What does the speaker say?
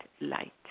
light